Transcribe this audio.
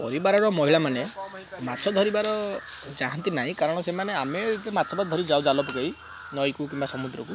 ପରିବାରର ମହିଳାମାନେ ମାଛ ଧରିବାର ଯାଆନ୍ତିନାହିଁ କାରଣ ସେମାନେ ଆମେ ମାଛ ମାଛ ଧରି ଯାଉ ଜାଲ ପକାଇ ନଈକୁ କିମ୍ବା ସମୁଦ୍ରକୁ